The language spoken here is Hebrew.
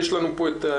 נמצא פה הנציג,